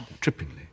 Trippingly